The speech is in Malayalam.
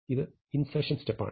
ഇത് ഇൻസെർഷൻ സ്റ്റെപ്പാണ്